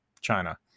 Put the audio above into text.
China